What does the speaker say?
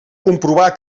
comprovar